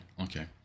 okay